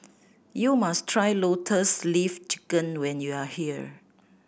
you must try Lotus Leaf Chicken when you are here